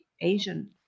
Asian